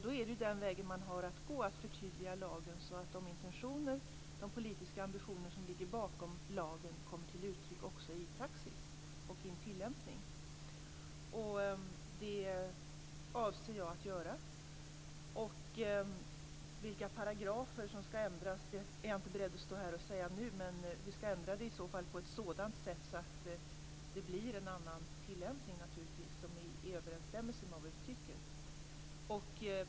Då är den väg man har att gå att förtydliga lagen så att de politiska ambitioner som ligger bakom lagen också kommer till uttryck i praxis och tillämpning. Det avser jag att göra. Vilka paragrafer som ska ändras är jag inte nu beredd att säga, men vi ska ändra på ett sådant sätt att det blir en annan tillämpning som är i överensstämmelse med vad vi tycker.